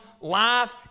Life